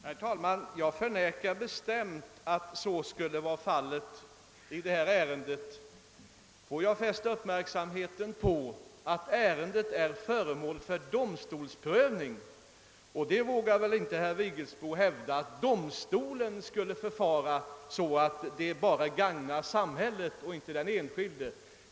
Herr talman! Jag förnekar bestämt att det ligger till på detta sätt i det aktuella ärendet som — det vill jag fästa uppmärksamheten på — är föremål för domstolsprövning. Herr Vigelsbo vill väl inte hävda att domstolen skulle förfara så att dess utslag bara gagnar samhället och inte den enskilde?